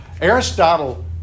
Aristotle